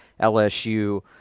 LSU